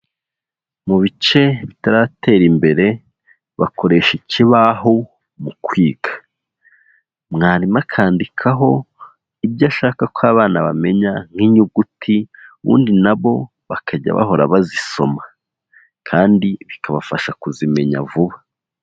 Mu bice bitaratera imbere, bakoresha ikibaho mu kwiga. Mwarimu akandikaho ibyo ashaka ko abana bamenya nk'inyuguti, ubundi na bo bakajya bahora bazisoma kandi bikabafasha kuzimenya vuba.